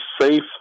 safe